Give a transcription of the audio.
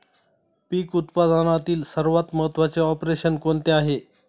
पीक उत्पादनातील सर्वात महत्त्वाचे ऑपरेशन कोणते आहे?